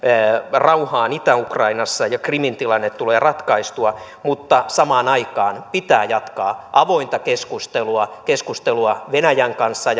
rauhaan itä ukrainassa ja krimin tilanne tulee ratkaistua mutta samaan aikaan pitää jatkaa avointa keskustelua keskustelua venäjän kanssa